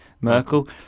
merkel